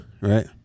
right